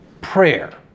Prayer